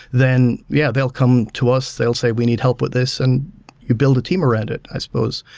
then yeah, they'll come to us. they'll say we need help with this, and you build a team around it i suppose.